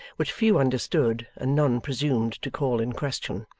which few understood and none presumed to call in question.